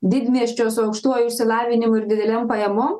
didmiesčio su aukštuoju išsilavinimu ir didelėm pajamom